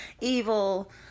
evil